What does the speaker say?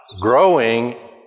growing